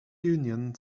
union